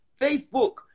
Facebook